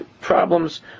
problems